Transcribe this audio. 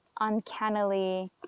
uncannily